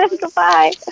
Goodbye